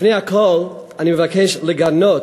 לפני הכול אני מבקש לגנות